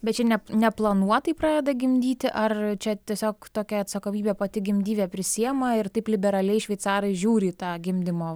bet čia ne neplanuotai pradeda gimdyti ar čia tiesiog tokią atsakomybę pati gimdyvė prisiima ir taip liberaliai šveicarai žiūri į tą gimdymo